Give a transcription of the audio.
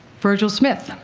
virgil smith,